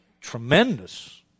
tremendous